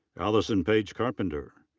allison paige carpenter.